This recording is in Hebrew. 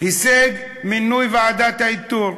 הישג מינוי ועדת האיתור.